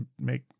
make